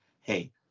hey